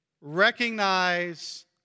Recognize